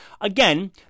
again